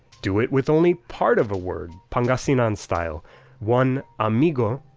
do it with only part of a word, pangasinan style one amigo,